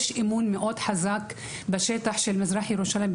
יש אמון מאוד חזק בשטח של מזרח ירושלים,